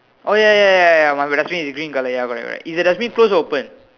oh ya ya ya ya ya ya my dustbin is green color ya correct correct is the dustbin close open